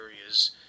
areas